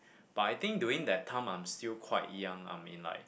but I think during that time I'm still quite young I'm in like